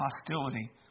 hostility